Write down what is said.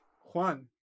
juan